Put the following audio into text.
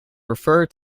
refer